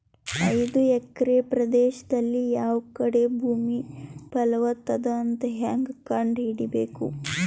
ಐದು ಎಕರೆ ಪ್ರದೇಶದಲ್ಲಿ ಯಾವ ಕಡೆ ಭೂಮಿ ಫಲವತ ಅದ ಅಂತ ಹೇಂಗ ಕಂಡ ಹಿಡಿಯಬೇಕು?